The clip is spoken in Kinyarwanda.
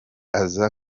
azi